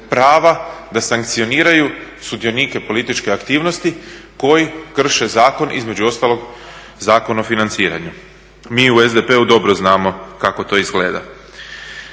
da sankcioniraju sudionike političke aktivnosti koji krše zakon između ostalog Zakon o financiranju. Mi u SDP-u dobro znamo kako to izgleda.